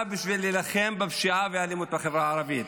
בשביל להילחם בפשיעה והאלימות בחברה הערבית?